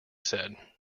said